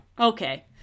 Okay